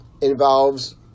involves